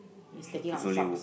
is taking out socks